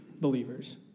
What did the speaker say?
believers